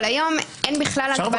אז זה לא נכון שאין מגבלות,